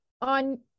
on